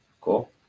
Cool